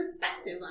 perspective